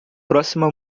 próxima